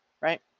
right